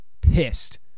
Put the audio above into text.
pissed